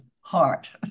heart